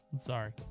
sorry